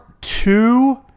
Two